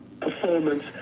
performance